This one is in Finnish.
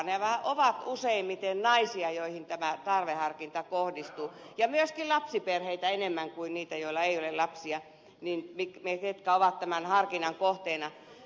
nämä ovat useimmiten naisia joihin tämä tarveharkinta kohdistuu ja myöskin lapsiperheitä enemmän kuin niitä joilla ei ole lapsia on tämän harkinnan kohteena